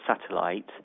satellite